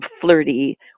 flirty